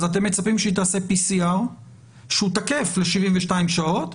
אז אתם מצפים שהיא תעשה PCR שהוא תקף ל-72 שעות,